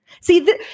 see